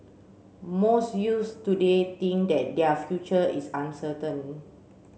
most youths today think that their future is uncertain